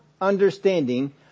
understanding